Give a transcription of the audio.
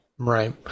Right